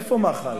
איפה מח"ל?